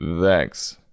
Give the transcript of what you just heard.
thanks